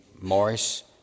Morris